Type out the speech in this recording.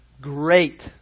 great